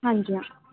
ਹਾਂਜੀ